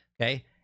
Okay